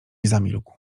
zamilkł